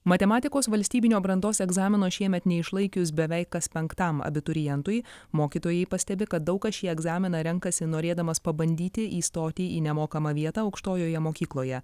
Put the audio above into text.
matematikos valstybinio brandos egzamino šiemet neišlaikius beveik kas penktam abiturientui mokytojai pastebi kad daug kas šį egzaminą renkasi norėdamas pabandyti įstoti į nemokamą vietą aukštojoje mokykloje